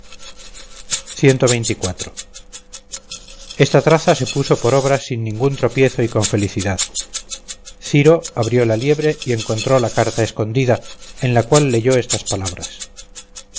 hallase presente esta traza se puso por obra sin ningún tropiezo y con felicidad ciro abrió la liebre y encontró la carta escondida en la cual leyó estas palabras